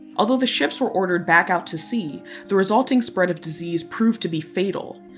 although the ships were ordered back out to sea the resulting spread of disease proved to be fatal.